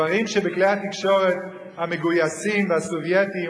דברים שבכלי התקשורת המגויסים והסובייטיים